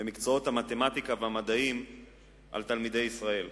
במקצועות המתמטיקה והמדעים על תלמידי ישראל.